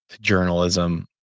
journalism